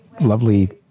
lovely